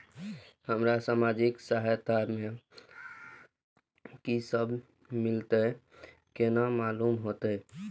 हमरा सामाजिक सहायता में की सब मिलते केना मालूम होते?